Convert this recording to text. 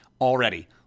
already